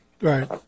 Right